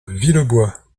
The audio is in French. villebois